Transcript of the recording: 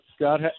Scott